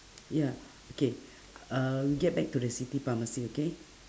ya okay uh we get back to the city pharmacy okay